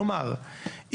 כלומר,